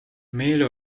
meil